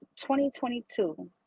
2022